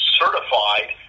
certified